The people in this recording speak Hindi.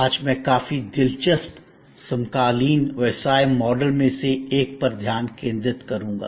आज मैं काफी दिलचस्प समकालीन व्यवसाय मॉडल में से एक पर ध्यान केंद्रित करूंगा